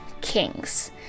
kings